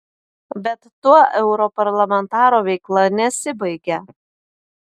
bet tuo europarlamentaro veikla nesibaigia